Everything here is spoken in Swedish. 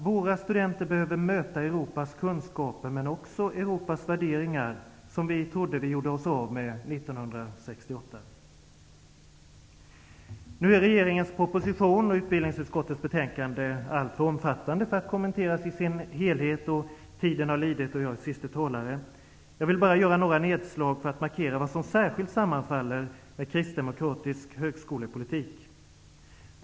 Våra studenter behöver möta Europas kunskaper, men också Europas värderingar, som vi trodde att vi gjorde oss av med 1968. Regeringens proposition och utbildningsutskottets betänkande är alltför omfattande för att kommenteras i sin helhet. Tiden lider, och jag är siste talare i denna debatt. Jag vill dock göra några nedslag för att markera vad som särskilt sammanfaller med kristdemokratisk högskolepolitik.